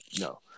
no